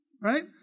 right